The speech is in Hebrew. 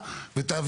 תודה רבה.